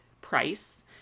price